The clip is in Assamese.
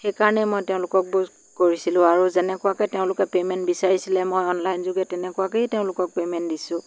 সেইকাৰণে মই তেওঁলোকক বুক কৰিছিলোঁ আৰু যেনেকুৱাকৈ তেওঁলোকে পে'মেণ্ট বিচাৰিছিলে মই অনলাইনযোগে তেনেকুৱাকেই তেওঁলোকক পে'মেণ্ট দিছোঁ